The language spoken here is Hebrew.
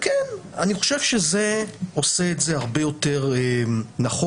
אני חושב שזה עושה את זה הרבה יותר נכון,